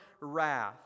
wrath